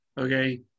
Okay